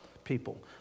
people